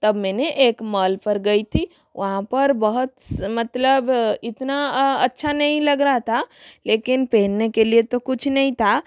तब मैने एक मॉल पर गई थी वहाँ पर बहुत मतलब इतना अच्छा नहीं लग रहा था लेकिन पहनने के लिये तो कुछ नहीं था